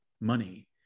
money